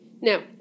Now